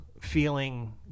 feeling